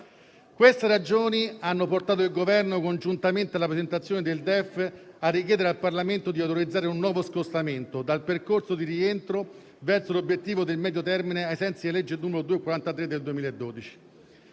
Queste ragioni hanno portato il Governo, congiuntamente alla presentazione del DEF, a richiedere al Parlamento di autorizzare un nuovo scostamento dal percorso di rientro verso l'obiettivo di medio termine ai sensi della legge n. 243 del 2012.